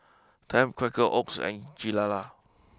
Tempt Quaker Oats and Gilera